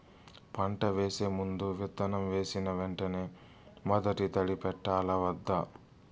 పంట వేసే ముందు, విత్తనం వేసిన వెంటనే మొదటి తడి పెట్టాలా వద్దా?